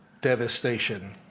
devastation